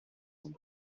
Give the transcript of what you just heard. sont